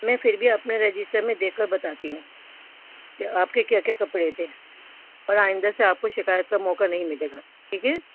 میں پھر بھی اپنے رجسٹر میں دیکھ کر بتاتی ہوں کہ آپ کے کیا کیا کپڑے تھے اور آئندہ سے آپ کو شکایت کا موقع نہیں ملے گا ٹھیک ہے